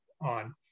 on